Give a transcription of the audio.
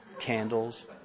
candles